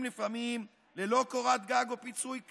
לפעמים ללא קורת גג או פיצוי כלל.